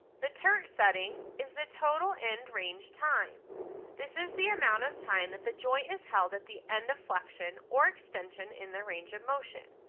the turret setting is the total end range time this is the amount of time that the joint is held at the end of flexion or extension in the range of motion.